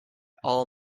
all